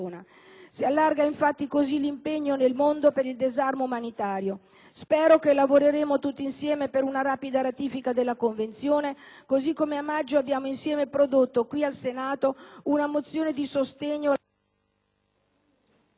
Si allarga infatti in questo modo l'impegno nel mondo per il disarmo umanitario. Spero che lavoreremo tutti insieme per una rapida ratifica della Convenzione, così come a maggio abbiamo insieme prodotto, qui al Senato, una mozione di sostegno alla nostra